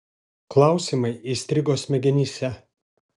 klausimai įstrigo smegenyse